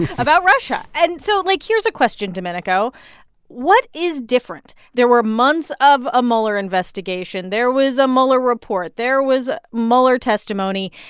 about russia. russia. and so, like, here's a question, domenico what is different? there were months of a mueller investigation. there was a mueller report. there was mueller testimony.